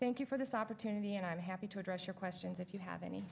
thank you for this opportunity and i'm happy to address your questions if you have any